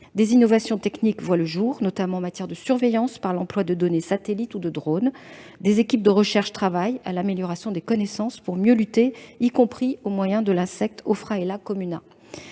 Des innovations techniques voient le jour, notamment en matière de surveillance, par l'emploi de données satellites ou de drones. Des équipes de recherche travaillent à l'amélioration des connaissances pour mieux lutter, y compris au moyen de l'insecte, contre